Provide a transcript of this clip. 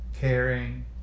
caring